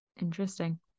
Interesting